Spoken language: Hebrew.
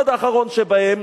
עד האחרון שבהם,